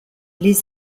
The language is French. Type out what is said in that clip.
les